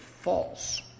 false